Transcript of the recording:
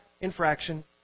infraction